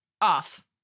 off